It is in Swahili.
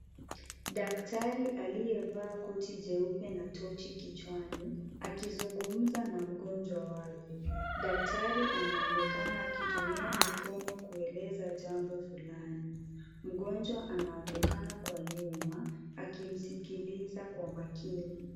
Daktari aliyevaa koti jeupe na tochi kichwani akizungumza na mgonjwa wake. Daktari anaonekana akitumia mikono kueleza jambo fulani. Mgonjwa anaonekana kwa nyuma akimsikiliza kwa makini.